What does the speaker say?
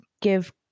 give